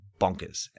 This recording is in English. bonkers